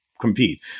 compete